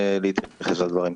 להתייחס לדברים.